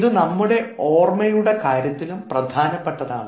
ഇതു നമ്മുടെ ഓർമ്മയുടെ കാര്യത്തിലും പ്രധാനപ്പെട്ടതാണ്